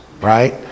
right